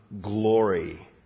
glory